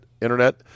internet